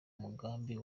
mugambi